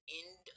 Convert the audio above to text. end